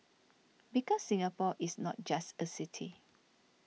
because Singapore is not just a city